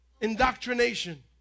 indoctrination